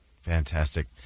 Fantastic